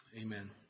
Amen